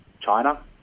China